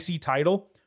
title